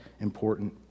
important